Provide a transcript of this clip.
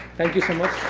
thank you so much.